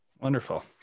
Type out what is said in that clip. wonderful